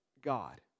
God